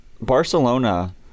Barcelona